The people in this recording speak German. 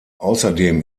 außerdem